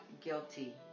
guilty